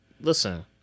Listen